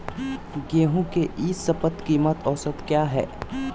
गेंहू के ई शपथ कीमत औसत क्या है?